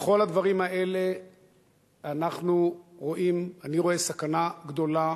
בכל הדברים האלה אני רואה סכנה גדולה